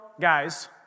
guys